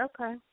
Okay